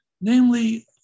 Namely